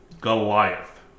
Goliath